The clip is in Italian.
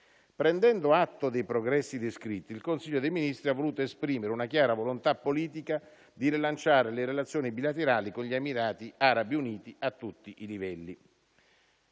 Prendendo atto dei progressi descritti, il Consiglio dei ministri ha voluto esprimere una chiara volontà politica di rilanciare le relazioni bilaterali con gli Emirati Arabi Uniti a tutti i livelli.